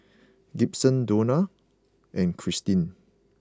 Gibson Dona and Cristine